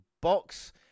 box